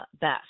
best